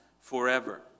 forever